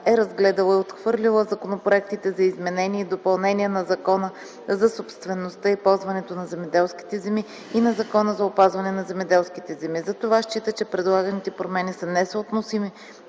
е разгледала и отхвърлила законопроектите за изменение и допълнение на Закона за собствеността и ползуването на земеделските земи и на Закона за опазване на земеделските земи. Затова счита, че предлаганите промени са несъотносими